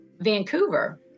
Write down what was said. vancouver